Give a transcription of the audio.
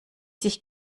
sich